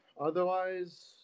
otherwise